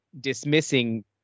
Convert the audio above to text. dismissing